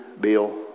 Bill